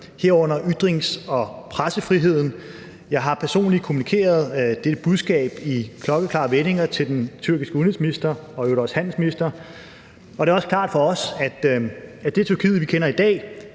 herunder ytrings- og pressefriheden, og jeg har personligt i klokkeklare vendinger kommunikeret dette budskab til den tyrkiske udenrigsminister og i øvrigt også handelsministeren. Det er også klart for os, at det Tyrkiet, som vi kender i dag,